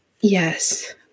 Yes